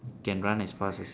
can run as fast as